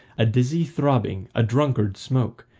a dizzy throbbing, a drunkard smoke,